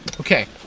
Okay